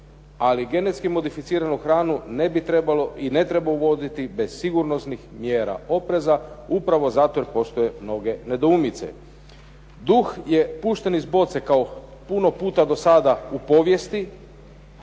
ali genetski modificiranu hranu ne bi trebalo i ne treba uvoditi bez sigurnosnih mjera opreza upravo zato jer postoje mnoge nedoumice. Duh je pušten iz boca kao puno puta do sada u povijesti